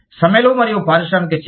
సమ్మెలు మరియు పారిశ్రామిక చర్య